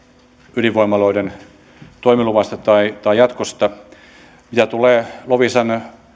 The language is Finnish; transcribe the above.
ydinvoimaloiden toimiluvasta tai tai jatkosta mitä tulee loviisan